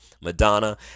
madonna